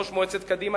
ראש מועצת קדימה,